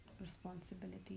responsibility